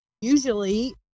usually